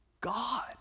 God